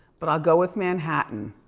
but i'll go with manhattan.